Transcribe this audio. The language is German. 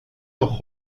noch